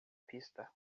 pista